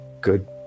good